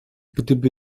gdyby